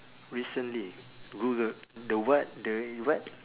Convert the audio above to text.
recently googled the what the what